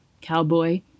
cowboy